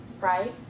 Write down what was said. right